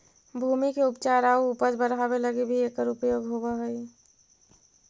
भूमि के उपचार आउ उपज बढ़ावे लगी भी एकर उपयोग होवऽ हई